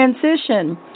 transition